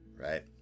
right